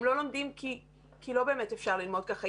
הם לא לומדים כי לא באמת אפשר ללמוד ככה.